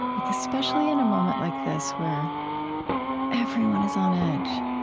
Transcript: like especially in a moment like this, where everyone is on edge,